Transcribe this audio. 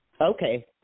Okay